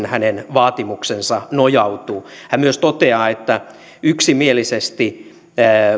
hänen vaatimuksensa nojautuu hän myös toteaa että yksimielisesti